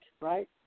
right